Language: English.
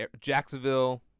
Jacksonville